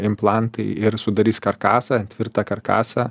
implantai ir sudarys karkasą tvirtą karkasą